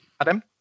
Adam